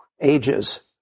Ages